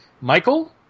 Michael